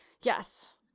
Yes